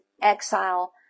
exile